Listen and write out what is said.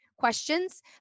questions